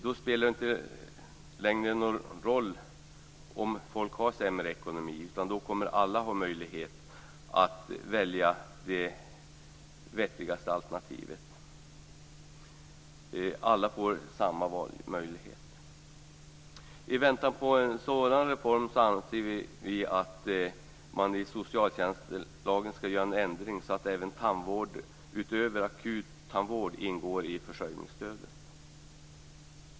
Då spelar det inte längre någon roll om folk har sämre ekonomi, utan då kommer alla att ha möjlighet att välja det vettigaste alternativet. Alla får samma valmöjlighet. I väntan på en sådan reform anser vi att man i socialtjänstlagen skall göra en ändring så att även tandvård utöver akuttandvård ingår i försörjningsstödet.